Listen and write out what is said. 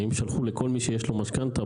האם שלחו לכל מי שיש לו משכנתה,